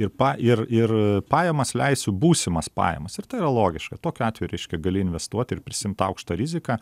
ir pa ir ir pajamas leisiu būsimas pajamas ir tai yra logiška tokiu atveju reiškia gali investuoti ir prisiimt aukštą riziką